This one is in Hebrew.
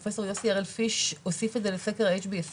פרופ' יוסי הראל פיש הוסיף את זה לסקר HBAC,